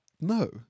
No